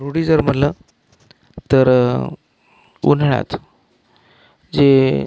रुढी जर म्हणलं तर उन्हाळ्यात जे